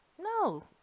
No